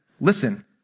listen